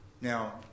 Now